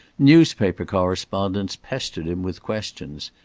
newspaper correspondents pestered him with questions.